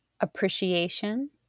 appreciation